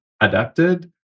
adapted